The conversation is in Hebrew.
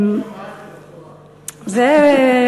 תודה רבה.